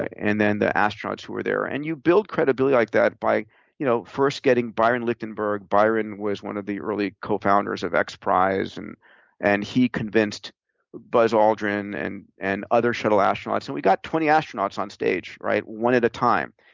and then the astronauts who were there. and you build credibility like that by you know first getting byron lichtenburg, byron was one of the early co-founders of xprize, and and he convinced buzz aldrin and and other shuttle astronauts, so we got twenty astronauts on stage, right, one at a time.